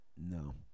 No